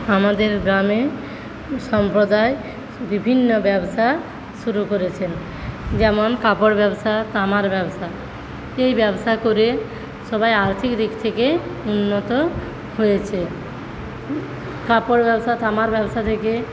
আমাদের গ্রামে সম্প্রদায় বিভিন্ন ব্যবসা শুরু করেছেন যেমন কাপড়ের ব্যবসা তামার ব্যবসা এই ব্যবসা করে সবাই আর্থিক দিক থেকে উন্নত হয়েছে কাপড়ের ব্যবসা তামার ব্যবসা থেকে